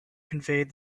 conveyed